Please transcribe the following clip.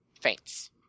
faints